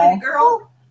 girl